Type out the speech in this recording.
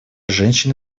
женщины